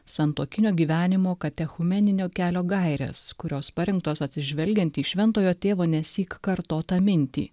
santuokinio gyvenimo katechumeninio kelio gaires kurios parengtos atsižvelgiant į šventojo tėvo nesyk kartotą mintį